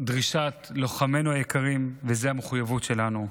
דרישת לוחמינו היקרים, וזו המחויבות שלנו.